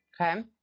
Okay